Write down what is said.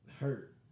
hurt